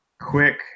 quick